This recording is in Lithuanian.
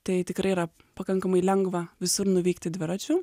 tai tikrai yra pakankamai lengva visur nuvykti dviračiu